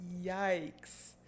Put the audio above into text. Yikes